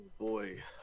boy